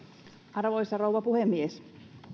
arvoisa rouva puhemies